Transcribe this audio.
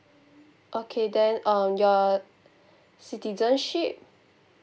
okay then um your citizenship